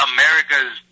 America's